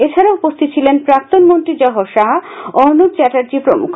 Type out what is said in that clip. এছাড়া উপস্থিত ছিলেন প্রাক্তন মন্ত্রী জহর সাহা অর্নব চ্যাটার্জী প্রমুখ